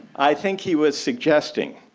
i think he was suggesting,